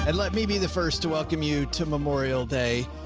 and let me be the first to welcome you to memorial day.